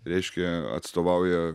reiškia atstovauja